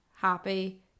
happy